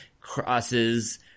crosses